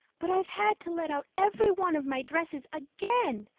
but i've had to let out every one of my dresses again.